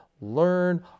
learn